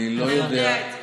אתה יודע את זה.